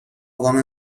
وام